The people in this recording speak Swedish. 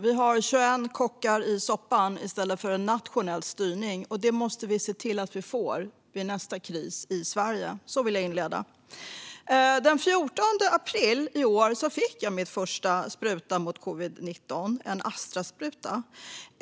Vi har 21 kockar i soppan i stället för en nationell styrning, och det måste vi se till att vi får vid nästa kris i Sverige. Det vill jag inleda med. Den 14 april fick jag min första spruta mot covid-19, en spruta från Astra Zeneca.